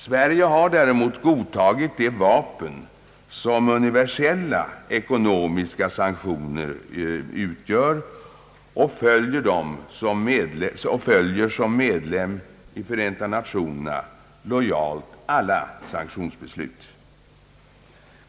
Sverige har däremot godtagit det vapen som universella ekonomiska sanktioner utgör och följer som medlem av Förenta Nationerna lojalt alla sanktionsbeslut.